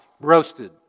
roasted